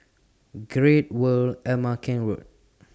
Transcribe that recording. Great World Ama Keng Road